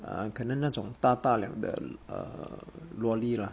uh 可能那种大大辆的 err luo li lah